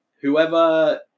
Whoever